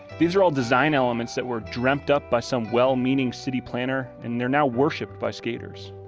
these are all design elements that were dreamt up by some well-meaning city planner and they're now worshiped by skaters.